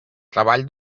treball